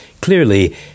Clearly